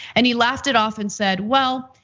and he laughed it off and said, well,